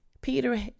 Peter